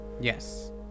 Yes